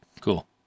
Cool